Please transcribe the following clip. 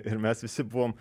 ir mes visi buvom